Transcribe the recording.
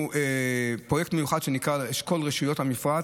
פרויקט מיוחד שנקרא "אשכול רשויות המפרץ".